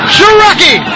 Shiraki